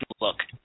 look